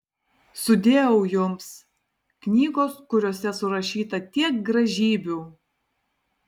sudieu jums knygos kuriose surašyta tiek gražybių